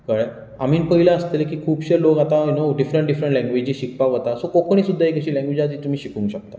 कळ्ळें आमीं पळयलां आसतलें की खुबशें लोक आता you know different different languages शिकपाक वता सो कोंकणी सुद्दां एक अशी लॅंगवेज आसा जी तुमीं शिकूंक शकतात